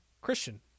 Christian